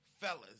fellas